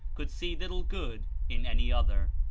could see little good in any other.